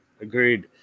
agreed